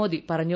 മോദി പറഞ്ഞു